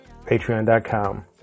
patreon.com